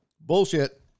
Bullshit